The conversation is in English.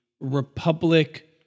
Republic